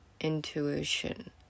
intuition